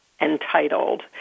entitled